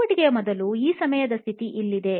ಚಟುವಟಿಕೆಯ ಮೊದಲು ಈ ಸಮಯದ ಸ್ಥಿತಿ ಇಲ್ಲಿದೆ